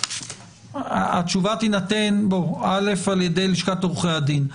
התשובה תינתן על-ידי לשכת עורכי הדין.